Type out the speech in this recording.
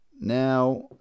Now